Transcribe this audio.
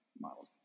models